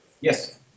Yes